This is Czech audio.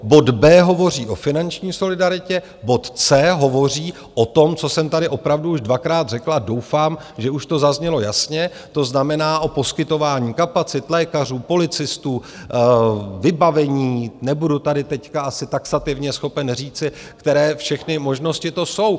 Bod b) hovoří o finanční solidaritě, bod c) hovoří o tom, co jsem tady opravdu už dvakrát řekl, a doufám, že už to zaznělo jasně, to znamená o poskytování kapacit lékařů, policistů, vybavení, nebudu tady teď asi taxativně schopen říci, které všechny možnosti to jsou.